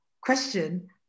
question